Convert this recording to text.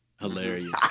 Hilarious